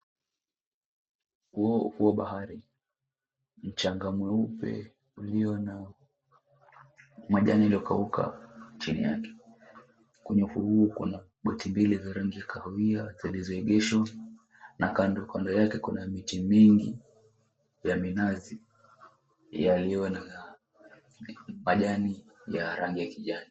Ufuo wa bahari, mchanga mweupe ulio na majani yaliyokauka chini yake, kwenye ufuo huu kuna boti mbili za rangi ya kahawia vimeegeshwa na kando yake kuna miti mingi ya minazi yaliyo na majani ya rangi ya kijani.